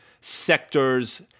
sectors